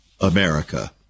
America